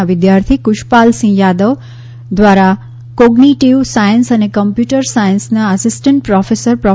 ના વિદ્યાર્થી કુશપાલસિંહ યાદવ મુખ્ય સંશોધક દ્વારા કોઝિટિવ સાયન્સ અને કમ્પ્યુટર સાયન્સના આસિસ્ટન્ટ પ્રોફેસર પ્રો